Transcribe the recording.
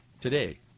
today